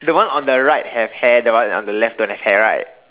the one on the right have hair the one on the left don't have hair right